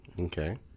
Okay